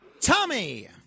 Tommy